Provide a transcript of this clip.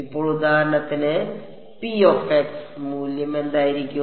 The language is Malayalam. അപ്പോൾ ഉദാഹരണത്തിന് മൂല്യം എന്തായിരിക്കും